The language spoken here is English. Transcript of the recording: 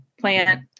plant